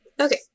Okay